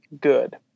good